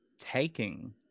taking